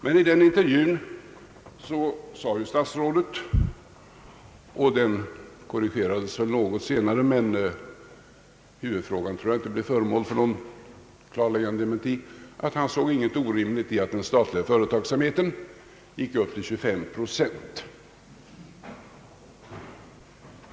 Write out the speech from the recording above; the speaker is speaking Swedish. Men i den intervjun sa de statsrådet — den korrigerades senare något men huvudfrågan tror jag inte blev föremål för någon klarläggande dementi — att han såg inget orimligt i att den statliga företagsamheten gick upp till 25 procent.